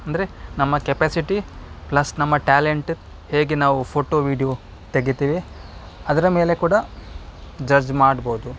ಅಂದರೆ ನಮ್ಮ capacity plus ನಮ್ಮ ಟ್ಯಾಲೆಂಟ್ ಹೇಗೆ ನಾವು ಫೋಟೋ ವೀಡಿಯೋ ತೆಗಿತೇವಿ ಅದರ ಮೇಲೆ ಕೂಡ ಜಡ್ಜ್ ಮಾಡ್ಬೋದು